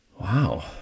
wow